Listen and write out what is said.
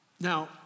Now